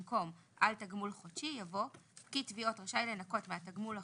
במקום "על תגמול חודשי" יבוא "פקיד תביעות רשאי לנכות מהתגמול החודשי"